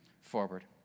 forward